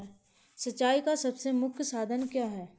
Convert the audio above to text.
सिंचाई का सबसे प्रमुख साधन क्या है?